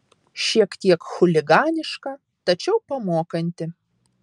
šiek tiek chuliganiška tačiau pamokanti